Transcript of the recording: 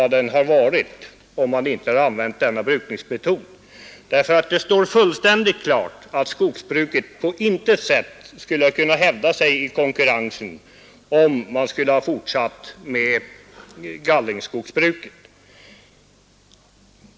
Det står fullständigt klart att det svenska skogsbruket inte på något sätt skulle ha kunnat hävda sig i konkurrensen, om vi hade fortsatt med gallringsskogsbruket.